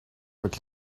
avec